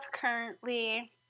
currently